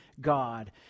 God